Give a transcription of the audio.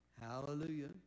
Hallelujah